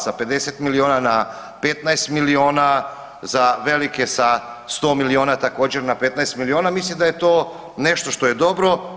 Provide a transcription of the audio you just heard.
Sa 50 miliona na 15 miliona za velike sa 100 miliona također na 15 miliona, mislim da je to nešto što je dobro.